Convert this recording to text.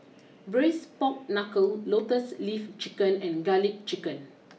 Braised Pork Knuckle Lotus leaf Chicken and Garlic Chicken